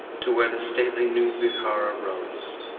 to where the stately new vihara rose,